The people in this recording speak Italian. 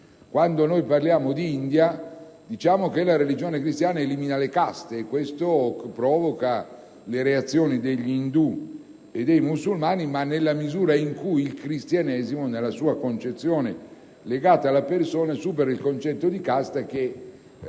Quando parliamo di India, affermiamo che la religione cristiana elimina le caste e ciò provoca le reazioni degli indù e dei musulmani nella misura in cui il Cristianesimo, nella sua concezione legata alla persona, supera il concetto di casta, che a